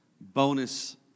Bonus